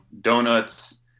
donuts